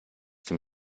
dem